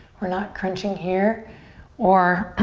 we're not crunching here or